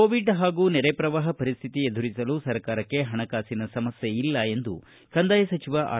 Covid ಹಾಗೂ ನೆರೆ ಪ್ರವಾಹ ಪರಿಸ್ವಿತಿ ಎದುರಿಸಲು ಸರ್ಕಾರಕ್ಷೆ ಹಣಕಾಸಿನ ಸಮಸ್ನೆಯಿಲ್ಲ ಎಂದು ಕಂದಾಯ ಸಚಿವ ಆರ್